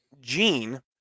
Gene